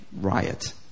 riot